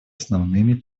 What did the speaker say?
основными